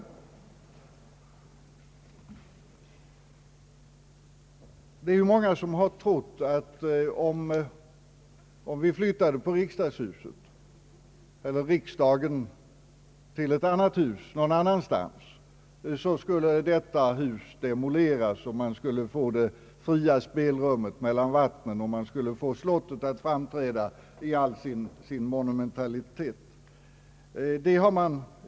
Många har trott att om vi flyttade riksdagen till ett hus någon annanstans så skulle den nuvarande byggnaden demoleras, man skulle få fritt spelrum mellan vattnen och slottet skulle framträda i all sin monumentalitet.